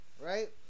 right